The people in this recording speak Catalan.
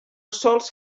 sols